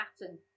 pattern